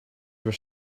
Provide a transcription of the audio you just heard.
were